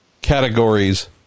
categories